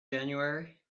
january